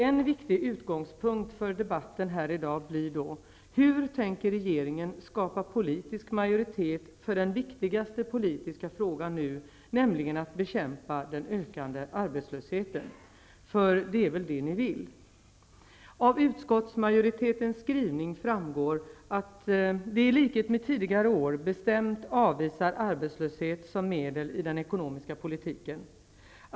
En viktig utgångspunkt för debatten här i dag blir då: Hur tänker regeringen skapa politisk majoritet för den viktigaste politiska frågan nu, nämligen att bekämpa den ökande arbetslösheten? För det är väl det ni vill? Av utskottsmajoritetens skrivning framgår att ni ''i likhet med tidigare år bestämt avvisar arbetslöshet som medel i den ekonomiska politiken.''